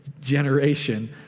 generation